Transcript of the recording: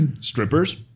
Strippers